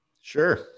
Sure